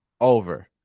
over